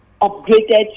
upgraded